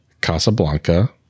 Casablanca